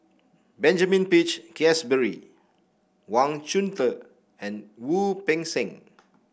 Benjamin Peach Keasberry Wang Chunde and Wu Peng Seng